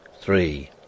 three—